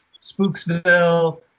Spooksville